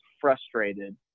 frustrated